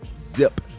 zip